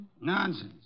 Nonsense